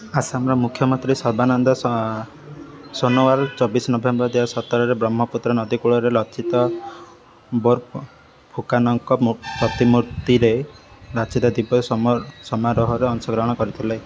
ଆସାମର ମୁଖ୍ୟମନ୍ତ୍ରୀ ସର୍ବାନନ୍ଦ ସ ସୋନୋୱାଲ ଚବିଶ ନଭେମ୍ବର ଦୁଇହଜାରସତରରେ ବ୍ରହ୍ମପୁତ୍ର ନଦୀକୂଳରେ ଲଚିତ ବୋରଫୁକାନଙ୍କ ପ୍ରତିମୂର୍ତ୍ତିରେ ନାଚିତା ଦିବସ ସମାରୋହରେ ଅଂଶଗ୍ରହଣ କରିଥିଲେ